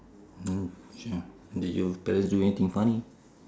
did you parents do anything funny